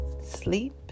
sleep